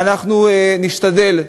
ואנחנו נשתדל,